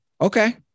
Okay